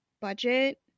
budget